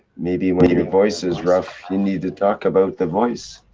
maybe when your voice is rough, you need to talk about the voice?